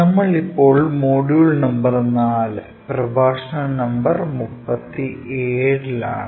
നമ്മൾ ഇപ്പോൾ module number 4 പ്രഭാഷണ നമ്പർ 37 ലാണ്